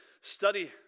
study